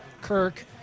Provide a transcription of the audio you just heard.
Kirk